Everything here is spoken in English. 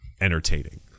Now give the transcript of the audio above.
entertaining